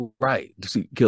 Right